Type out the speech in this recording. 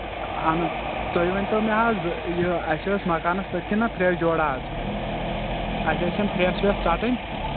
اَہَن حظ تُہۍ ؤنۍتَو مےٚ حظ یہِ اَسہِ ٲسۍ مَکانَس پٔتۍ کِنۍ نا پھرٛیٚس جوڑا حظ اَسہِ ٲسۍ یِم پھرٛیٚس وَس ژَٹٕنۍ